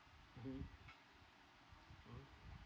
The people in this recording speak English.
mmhmm mmhmm